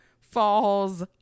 falls